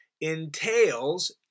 entails